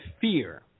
fear